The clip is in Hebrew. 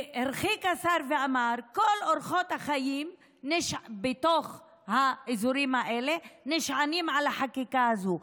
הרחיק השר ואמר שכל אורחות החיים באזורים האלה נשענים על החקיקה הזאת.